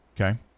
Okay